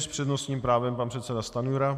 S přednostním právem pan předseda Stanjura.